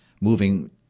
Moving